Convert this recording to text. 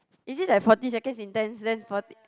is it like forty second intense then forty